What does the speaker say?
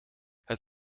het